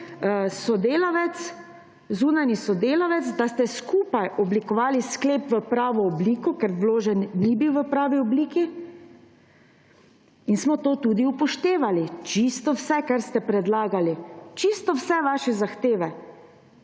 tudi moj zunanji sodelavec, da ste skupaj oblikovali sklep v pravi obliki, ker vložen ni bil v pravi obliki, in smo to tudi upoštevali. Čisto vse, kar ste predlagali, čisto vse vaše zahteve